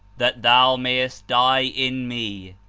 that thou mayest die in me,